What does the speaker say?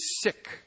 sick